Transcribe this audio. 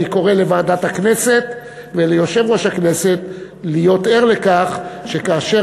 אני קורא לוועדת הכנסת וליושב-ראש הכנסת להיות ערים לכך שכאשר